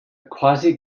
quasi